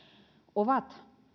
ovat